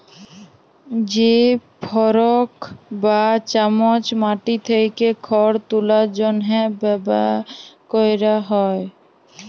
যে ফরক বা চামচ মাটি থ্যাকে খড় তুলার জ্যনহে ব্যাভার ক্যরা হয়